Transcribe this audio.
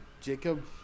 Jacob